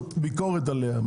או ביקורת עליה?